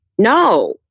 No